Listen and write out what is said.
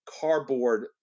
cardboard